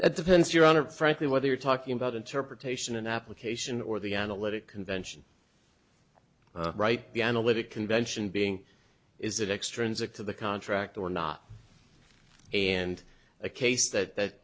it depends your honor frankly whether you're talking about interpretation and application or the analytic convention right the analytic convention being is that extrinsic to the contract or not and a case that